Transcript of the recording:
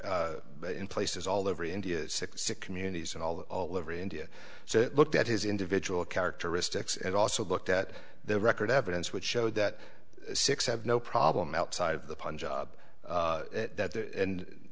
in places all over india communities and all over india so looked at his individual characteristics and also looked at the record evidence which showed that six have no problem outside of the pun job